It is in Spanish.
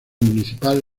municipal